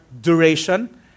duration